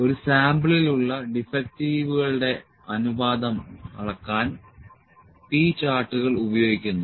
ഒരു സാമ്പിളിൽ ഉള്ള ഡിഫെക്ടിവുകളുടെ അനുപാതം അളക്കാൻ P ചാർട്ടുകൾ ഉപയോഗിക്കുന്നു